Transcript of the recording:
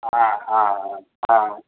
ஆ ஆ ஆ ஆ